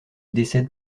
décède